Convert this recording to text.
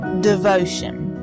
devotion